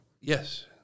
Yes